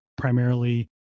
primarily